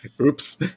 Oops